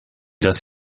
das